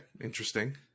interesting